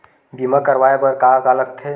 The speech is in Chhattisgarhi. बीमा करवाय बर का का लगथे?